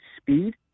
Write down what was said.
speed